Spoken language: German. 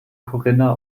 corinna